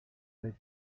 reĝo